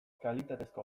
kalitatezko